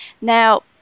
now